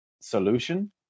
solution